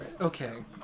Okay